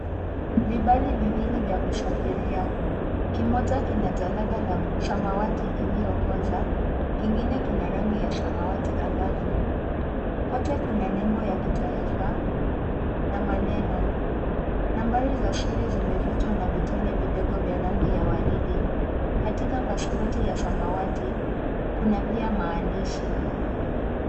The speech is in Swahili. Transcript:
Vibali viwili vya kusafiria. Kimoja kina jalada la samawati iliyokoza. Kingine kina rangi ya samawati angavu. Kote kuna nembo ya kitaifa na maneno. Nambari za siri zimefichwa na vitone vidogo vya rangi ya waridi. Katika pasipoti ya samawati, kuna pia maandishi.